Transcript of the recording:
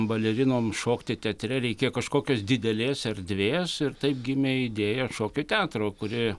balerinom šokti teatre reikėjo kažkokios didelės erdvės ir taip gimė idėja šokio teatro kuri